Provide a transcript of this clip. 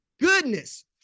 Goodness